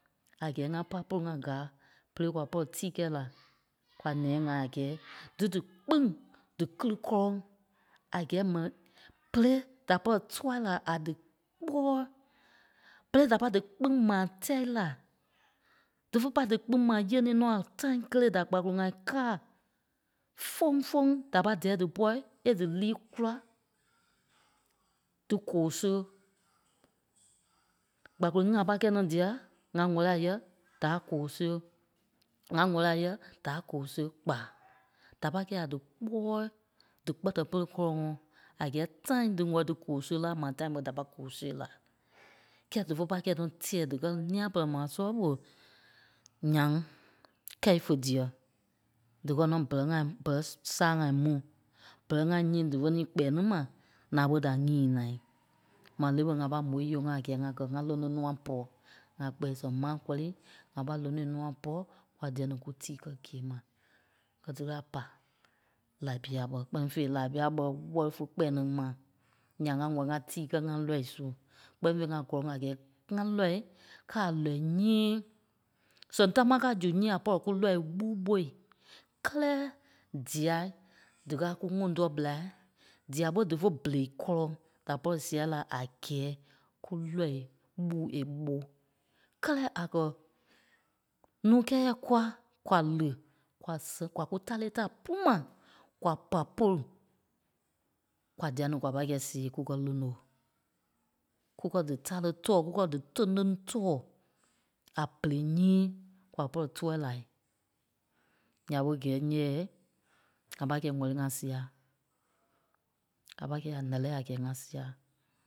A gɛɛ ŋa pa polu ŋai gaa pere kwa pɔri tíi kɛi la kwa nia-ŋai a gɛɛ dí díkpîŋ díkili kɔ́lɔŋ a gɛɛ mɛni bérei da pɔri tua la a dikpɔɔi. Pere da pâi díkpîŋ mai tɛ̂ la. Dífe pâi díkpîŋ mai yenii nɔ́ a time kelee da kpàkolo ŋai kaa foŋ-foŋ da pai dɛɛ dípɔ è dílîi kula dí koo sei. Kpakolo ŋí a pai kɛ nɔ́ dia ŋa wɛli a yɛ̂ da koo siɣe. Ŋa wɛli a yɛ̂ da koo siɣe kpa. Da pâi kɛi a díkpɔɔi díkpɛtɛ pere kɔlɔŋɔɔ a gɛɛ time dí wɛli dí goo sia la maa time ɓe da pâi koo sia la. Kɛɛ dífe pâi kɛ́ nɔ́ tɛɛ díkɛ nia-pɛ́lɛ maa sɔlɔ ɓɔ̂ nyaŋ kɛ́i fé diɛ. Díkɛ nɔ bɛrɛi ŋa, bɛrɛi si- si- saa ŋa mu. Bɛrɛi ŋai nyii dífe ní kpɛɛ ní mai naa ɓé da ǹyîi naa. Mai le ɓe ŋa pâi môi yɔ ŋa kɛ ŋa kɛ́ ŋa lóno nûa pɔ. Ŋa kpɛɛ sɛŋ mai kɔri, ŋa pâi lonoi nûa pɔ kwa dia ní kútíi kɛ́ gîe ma. Gɛ tela pai Laibia bɛi, kpɛ́ni fêi Laibia ɓɔrɛ wɛli fé kpɛɛ ní mai. Ǹyaŋ ŋa wɛ̀li ŋa tíi kɛ́ ŋa lɔii su, kpɛ́ni fêi ŋa gɔlɔŋ a gɛɛ ŋa lɔii káa a lɔ́ii nyii sɛŋ támaa káa zu nyii a pɔri kú lɔii ɓuu ɓoi. Kɛ́lɛ dîa díkaa kú ŋuŋ tɔɔ ɓela, dia ɓe dífe ɓèrei kɔlɔŋ da pɔri sia la a gɛɛ kúlɔii ɓuu è ɓoi. Kɛ́lɛ a kɛ́ nuu kɛ́ɛ yɛ̂ kua, kwa li kwa sɛŋ- kwa kú tarei ta pú mai kua pa polu kwa dia ní kwa pâi see kukɛ lóno. Kúkɛ dí tare tɔɔ kukɛ tene tɔɔ a bɛrɛi nyii kwa pɔri tua la. Nya ɓe gɛi nyɛɛi ŋa pâi kɛi wɛli ŋa sia. A pâi kɛ́ a lɛ́lɛɛ a gɛɛ ŋa sia.